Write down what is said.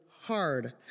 hard